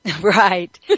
Right